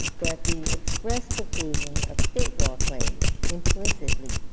that the express preclusion of state law claims implicitly